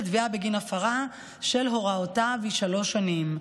תביעה בגין הפרה של הוראותיו היא שלוש שנים.